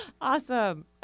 Awesome